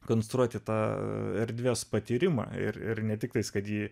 konstruoti tą erdvės patyrimą ir ne tiktai kad ji